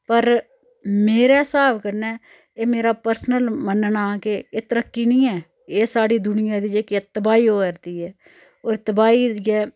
पर मेरे स्हाब कन्नै एह् मेरा पर्सनल मन्नना के एह् तरक्की नी ऐ एह् साढ़ी दुनिया दी जेह्की ऐ तबाही होऐ'रदी ऐ होर एह् तबाही ऐ